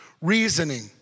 reasoning